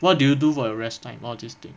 what do you do for your rest time all these thing